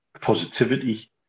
positivity